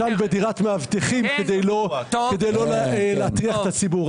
באמת אתה מאמין שיש קבלת קהל במעון ראש הממשלה?